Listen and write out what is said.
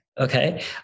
Okay